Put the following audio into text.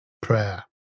prayer